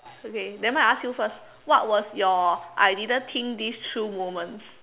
okay nevermind I ask you first what was your I didn't think this through moment